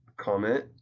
comment